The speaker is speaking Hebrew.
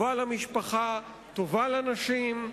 טובה למשפחה, טובה לנשים,